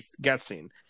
guessing